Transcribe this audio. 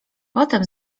potem